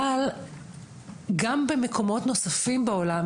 אבל גם במקומות נוספים בעולם,